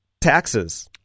taxes